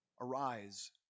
Arise